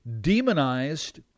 Demonized